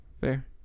Fair